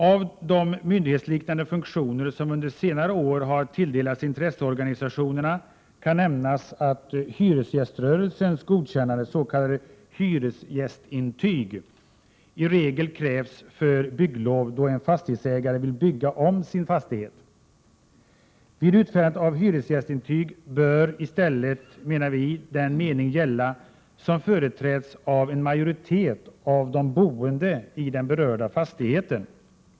När det gäller myndighetsliknande funktioner som under senare år har tilldelats intresseorganisationerna kan nämnas att hyresgäströrelsens godkännande, s.k. hyresgästintyg, i regel krävs för bygglov då en fastighetsägare vill bygga om sin fastighet. Vi menar att vid utfärdande av hyresgästintyg bör i stället den mening gälla som företräds av en majoritet av de boende i den berörda fastigheten.